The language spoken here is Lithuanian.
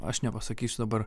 aš nepasakysiu dabar